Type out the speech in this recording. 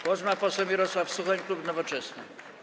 Głos ma poseł Mirosław Suchoń, klub Nowoczesna.